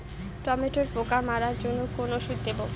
টমেটোর পোকা মারার জন্য কোন ওষুধ দেব?